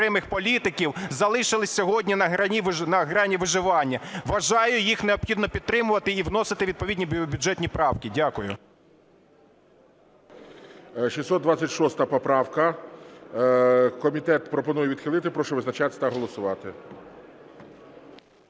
Колтуновича. Комітет пропонує відхилити. Прошу визначатись та голосувати.